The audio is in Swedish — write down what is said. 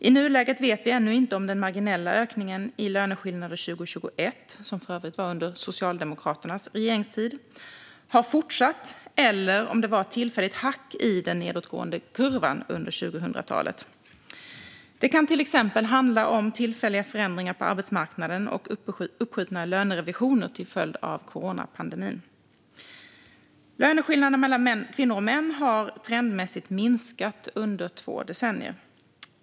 I nuläget vet vi ännu inte om den marginella ökningen i löneskillnader 2021, som för övrigt var under Socialdemokraternas regeringstid, har fortsatt eller var ett tillfälligt hack i den nedåtgående kurvan under 2000-talet. Det kan till exempel handla om tillfälliga förändringar på arbetsmarknaden och uppskjutna lönerevisioner till följd av coronapandemin. Löneskillnaderna mellan kvinnor och män har trendmässigt minskat under två decennier.